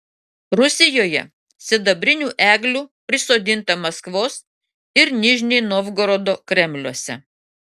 rusijoje sidabrinių eglių prisodinta maskvos ir nižnij novgorodo kremliuose